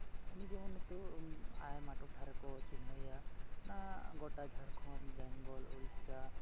ᱩᱱᱤ ᱡᱮᱢᱚᱱ ᱱᱤᱛᱳᱜ ᱟᱭᱢᱟ ᱴᱚᱴᱷᱟ ᱨᱮᱠᱚ ᱪᱤᱱᱦᱟᱹᱣᱮᱭᱟ ᱚᱱᱟ ᱜᱚᱴᱟ ᱡᱷᱟᱲᱠᱷᱚᱸᱰ ᱵᱮᱝᱜᱚᱞ ᱩᱲᱤᱥᱥᱟ